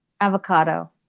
avocado